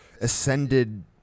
ascended